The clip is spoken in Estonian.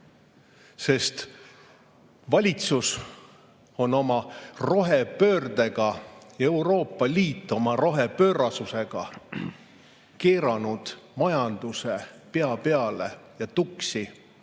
ole. Valitsus on oma rohepöördega, Euroopa Liit oma rohepöörasusega keeranud majanduse pea peale ja tuksi